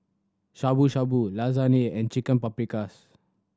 Shabu Shabu Lasagne and Chicken Paprikas